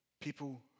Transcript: People